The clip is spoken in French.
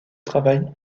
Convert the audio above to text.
travail